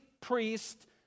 priest